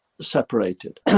separated